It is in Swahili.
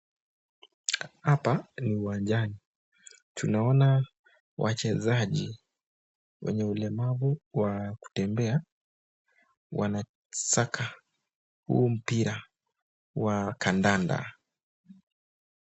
Hapa ni uwanjani, tunaona wachezaji wenye ulemavu wa kutembea wanasaka huu mpira wa kandanda.